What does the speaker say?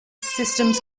systems